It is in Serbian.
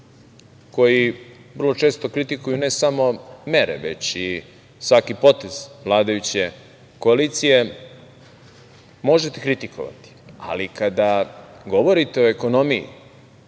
koji vrlo često kritikuju ne samo mere, već i svaki potez vladajuće koalicije možete kritikovati, ali kada govorite o ekonomiji